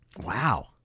wow